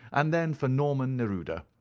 and then for norman neruda.